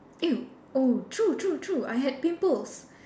oh true true true I had pimples